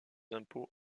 impôts